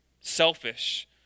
selfish